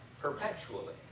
perpetually